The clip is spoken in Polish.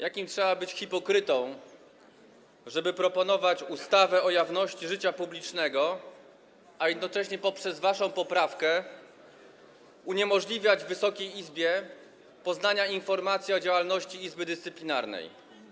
Jakim trzeba być hipokrytą, żeby proponować ustawę o jawności życia publicznego, a jednocześnie poprzez waszą poprawkę uniemożliwiać Wysokiej Izbie poznanie informacji o działalności Izby Dyscyplinarnej?